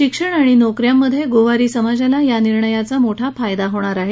शिक्षण आणि नोक यांमध्ये गोवारी समाजाला या निर्णयाचा मोठा फायदा होणार आहे